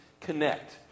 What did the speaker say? connect